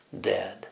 dead